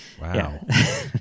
Wow